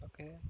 Okay